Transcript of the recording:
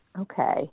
Okay